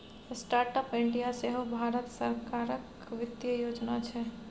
startup India सेहो भारत सरकारक बित्तीय योजना छै